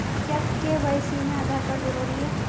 क्या के.वाई.सी में आधार कार्ड जरूरी है?